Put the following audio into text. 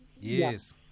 yes